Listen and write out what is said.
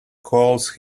calls